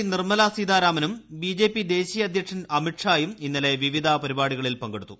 കേന്ദ്രമന്ത്രി നിർമ്മലാ സീതാരാമനും ബിജെപി ദേശീയ അധ്യക്ഷൻ അമിത്ഷായും ഇന്നലെ വിവിധ പരിപാടികളിൽ പങ്കെടുത്തു